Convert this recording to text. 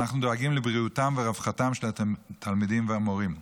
אנחנו דואגים לבריאותם ורווחתם של התלמידים והמורים.